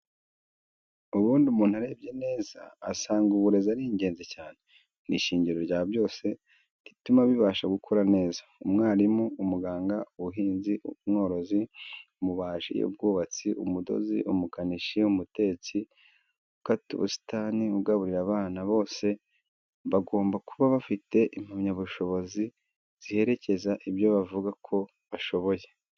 Ubundi umuntu arebye neza asanga uburezi ari ingenzi cyane, ni ishingiro rya byose, rituma bibasha gukorwa neza, umwarimu, umuganga, umuhinzi, umworozi, umubaji, umwubatsi, umudozi, umukanishi, umutetsi, ukata ubusitani, ugaburira abana, bose bagomba kuba bafite impamyabushobozi ziherekeza ibyo bavuga ko bashoboye.